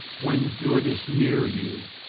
when good is near you,